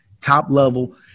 top-level